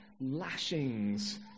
lashings